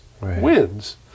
wins